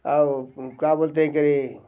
और क्या बोलते हैं ये करें